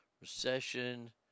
Recession